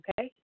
okay